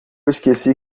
esqueci